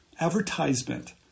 advertisement